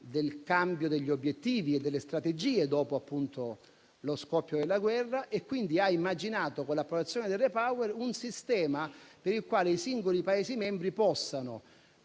del cambio degli obiettivi e delle strategie dopo lo scoppio della guerra. La Commissione ha quindi immaginato, con l'approvazione del Repower, un sistema per il quale i singoli Paesi membri possano